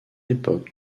époque